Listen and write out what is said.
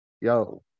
yo